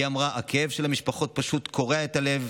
היא אמרה: הכאב של המשפחות פשוט קורע את הלב,